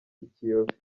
kiyobe